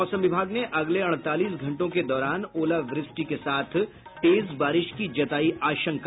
मौसम विभाग ने अगले अड़तालीस घंटों के दौरान ओलवृष्टि के साथ तेज बारिश की जतायी आशंका